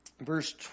verse